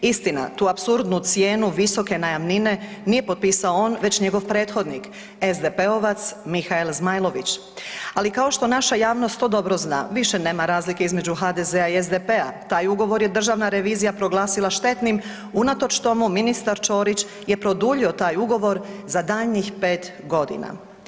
Istina tu apsurdnu cijenu visoke najamnine nije potpisao on već njegov prethodnik, SDP-ovac Mihael Zmajlović, ali kao što naša javnost to dobro zna, više nema razlike između HDZ-a i SDP-a taj ugovor je Državna revizija proglasila štetnim unatoč tomu ministar Ćorić jer produljio taj ugovor za daljnjih 5 godina.